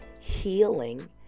healing